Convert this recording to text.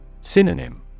Synonym